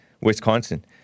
Wisconsin